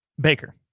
Baker